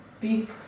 big